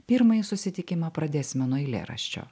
pirmąjį susitikimą pradėsime nuo eilėraščio